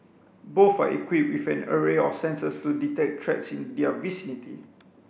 both are equipped with an array of sensors to detect threats in their vicinity